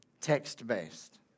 text-based